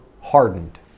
hardened